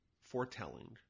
foretelling